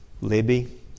Libby